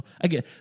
Again